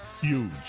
Huge